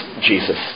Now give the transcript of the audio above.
Jesus